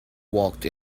walked